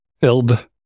filled